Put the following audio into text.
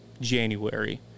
January